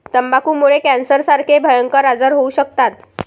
तंबाखूमुळे कॅन्सरसारखे भयंकर आजार होऊ शकतात